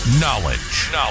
Knowledge